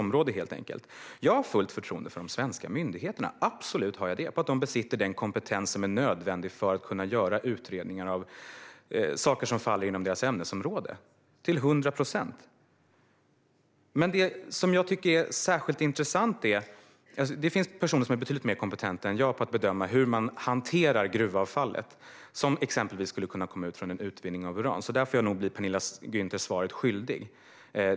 Jag har absolut fullt förtroende - till hundra procent - för de svenska myndigheterna och att de besitter den kompetens som är nödvändig för att de ska kunna göra utredningar av saker som faller inom deras ämnesområden. En sak tycker jag är särskilt intressant. Det finns personer som är betydligt mer kompetenta än jag på att bedöma hur man hanterar det gruvavfall som exempelvis skulle kunna komma ut från en utvinning av uran. Där får jag nog bli Penilla Gunther svaret skyldig.